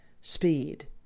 speed